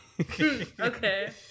Okay